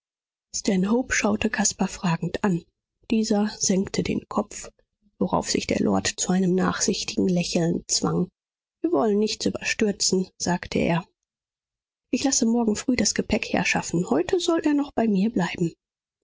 schaute caspar fragend an dieser senkte den kopf worauf sich der lord zu einem nachsichtigen lächeln zwang wir wollen nichts überstürzen sagte er ich lasse morgen früh das gepäck herschaffen heute soll er noch bei mir bleiben